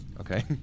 okay